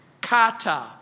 Kata